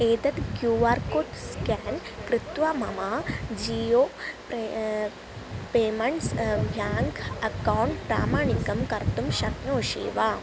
एतत् Q R code scan कृत्वा मम जीयो प्रे पेमण्ट्स् भ्याङ्क् अकौण्ट् प्रामाणिकं कर्तुं शक्नोषि वा